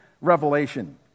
revelation